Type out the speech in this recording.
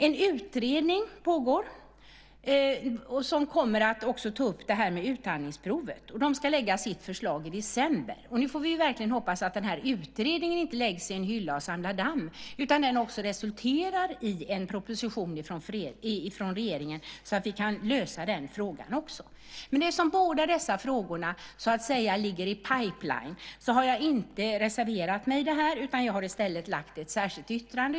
En utredning pågår också som kommer att ta upp det här med utandningsprovet. De ska lägga fram sitt förslag i december. Nu får vi verkligen hoppas att den här utredningen inte läggs på en hylla och samlar damm utan att den också resulterar i en proposition från regeringen så att vi kan lösa den här frågan också. Eftersom båda dessa frågor så att säga ligger i pipeline har jag inte reserverat mig i det här fallet. Jag har i stället lagt fram ett särskilt yttrande.